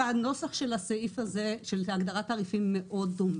והנוסח של הסעיף הזה של הגדרת תעריפים הוא מאוד דומה,